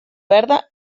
verda